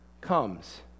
comes